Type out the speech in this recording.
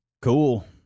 cool